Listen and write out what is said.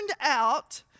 out